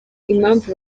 impamvu